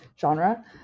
genre